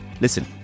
listen